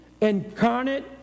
incarnate